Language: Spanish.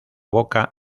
boca